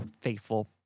faithful